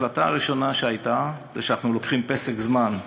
ההחלטה הראשונה הייתה שאנחנו לוקחים פסק זמן,